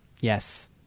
Yes